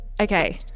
okay